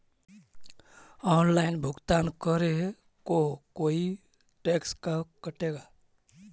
Online भुगतान करे को कोई टैक्स का कटेगा?